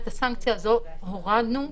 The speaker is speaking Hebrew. הורדנו,